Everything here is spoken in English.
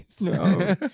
No